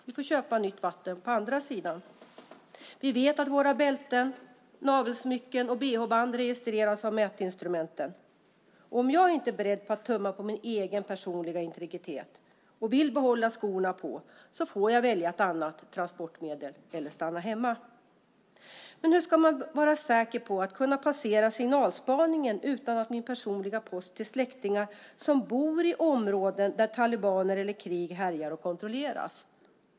Vi får köpa nytt vatten på andra sidan. Vi vet att våra bälten, navelsmycken och bh-band registreras av mätinstrumenten. Om jag inte är beredd att tumma på min egen personliga integritet och vill behålla skorna på, får jag välja ett annat transportmedel eller stanna hemma. Men hur ska jag kunna vara säker på att kunna passera signalspaningen utan att min personliga post till släktingar som bor i områden där talibaner eller krig härjar kontrolleras?